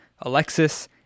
Alexis